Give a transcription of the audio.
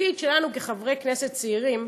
התפקיד שלנו כחברי כנסת צעירים,